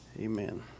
Amen